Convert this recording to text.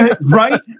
Right